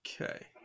okay